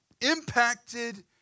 impacted